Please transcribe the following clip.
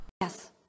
yes